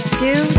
two